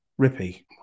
Rippy